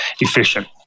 efficient